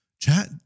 Chat